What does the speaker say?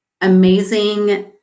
amazing